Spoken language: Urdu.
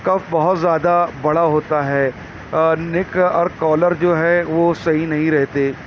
کف بہت زیادہ بڑا ہوتا ہے نیک اور کالر جو ہے وہ صحیح نہیں رہتے